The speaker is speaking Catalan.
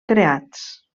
creats